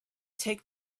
take